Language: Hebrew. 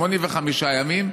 85 ימים,